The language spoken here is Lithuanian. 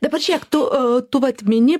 dabar žėk tu tu vat mini